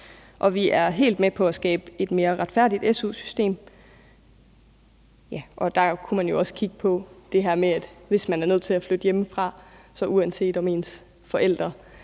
Vi er helt med på at skabe et mere retfærdigt su-system, og der kunne man jo også kigge på det her med, at hvis man er nødt til at flytte hjemmefra, så betyder ens forældres